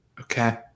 okay